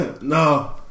No